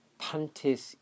pantes